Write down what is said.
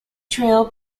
trail